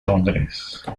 londres